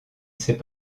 s’est